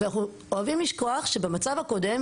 ואנחנו אוהבים לשכוח שבמצב הקודם